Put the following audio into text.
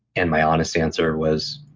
and my honest answer was,